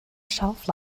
shelf